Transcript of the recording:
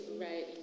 Right